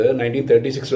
1936